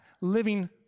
living